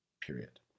period